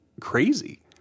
crazy